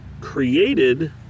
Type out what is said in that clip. created